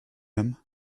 him